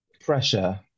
Pressure